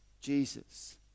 Jesus